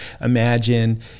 imagine